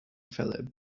fell